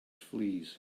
fleas